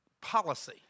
policy